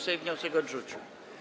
Sejm wniosek odrzucił.